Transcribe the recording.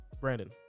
Brandon